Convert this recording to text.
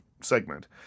segment